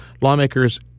lawmakers